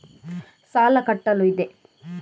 ಸಾಲ ಕಟ್ಟಲು ಇದೆ